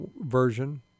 version